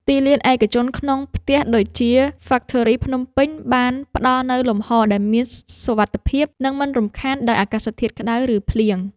ទីលានឯកជនក្នុងផ្ទះ ដូចជា ហ្វាក់ថូរី ភ្នំពេញ បានផ្ដល់នូវលំហដែលមានសុវត្ថិភាព និងមិនរំខានដោយអាកាសធាតុក្ដៅ ឬភ្លៀង។